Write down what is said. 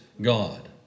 God